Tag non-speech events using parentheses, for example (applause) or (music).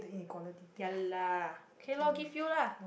(breath) ya lah okay lor give you lah